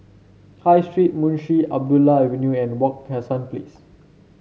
High Street Munshi Abdullah Avenue and Wak Hassan Place